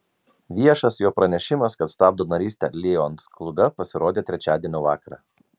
viešas jo pranešimas kad stabdo narystę lions klube pasirodė trečiadienio vakarą